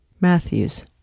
Matthews